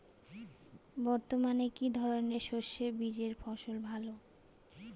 বর্তমানে কি ধরনের সরষে বীজের ফলন ভালো?